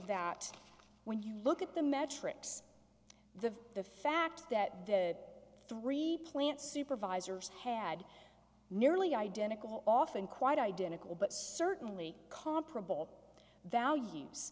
that when you look at the metrics the the fact that the three plants supervisors had nearly identical often quite identical but certainly comparable value